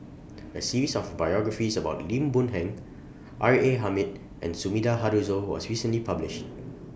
A series of biographies about Lim Boon Heng R A Hamid and Sumida Haruzo was recently published